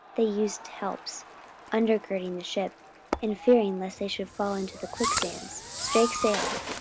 they used helps undergirding the ship and, fearing lest they should fall into the quicksands, strake sail,